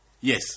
Yes